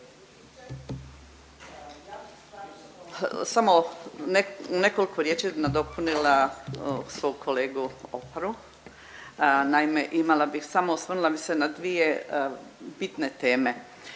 samo nekoliko riječi nadopunila svog kolegu Oparu. Naime imala bih samo, osvrnula bih se na dvije bitne teme